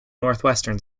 northwestern